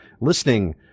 listening